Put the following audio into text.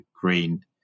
green